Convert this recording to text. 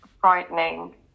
frightening